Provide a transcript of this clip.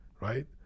right